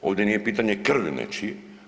Ovdje nije pitanje krvi nečije.